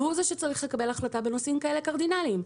והוא זה שצריך לקבל החלטה בנושאים כאלה קרדינליים.